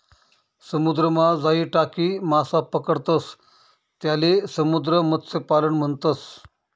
समुद्रमा जाई टाकी मासा पकडतंस त्याले समुद्र मत्स्यपालन म्हणतस